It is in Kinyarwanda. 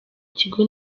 ikigo